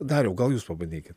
dariau gal jūs pabandykit